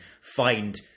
find